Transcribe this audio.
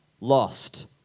lost